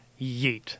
yeet